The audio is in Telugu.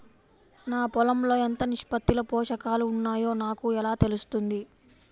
నా పొలం లో ఎంత నిష్పత్తిలో పోషకాలు వున్నాయో నాకు ఎలా తెలుస్తుంది?